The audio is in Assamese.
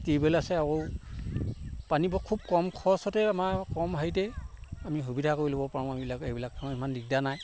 টিউবেল আছে আৰু পানীবোৰ খুব কম খৰচতে আমাৰ কম হেৰিতে আমি সুবিধা কৰি ল'ব পাৰোঁ আমি এবিলাক এইবিলাক আমাৰ ইমান দিকদাৰ নাই